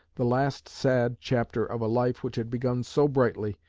the last sad chapter of a life which had begun so brightly,